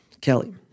Kelly